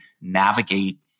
navigate